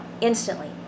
instantly